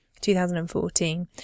2014